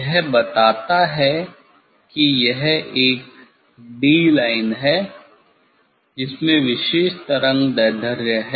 यह बताता है कि यह एक 'D' लाइन है जिसमें विशेष तरंगदैर्ध्य है